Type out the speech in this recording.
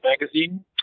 magazine